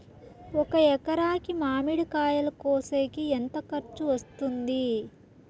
ఒక ఎకరాకి మామిడి కాయలు కోసేకి ఎంత ఖర్చు వస్తుంది?